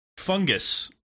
Fungus